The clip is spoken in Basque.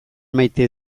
maite